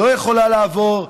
היא לא יכולה לעבור,